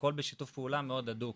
הכל בשיתוף פעולה מאד הדוק.